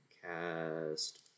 cast